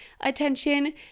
attention